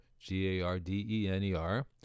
g-a-r-d-e-n-e-r